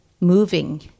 moving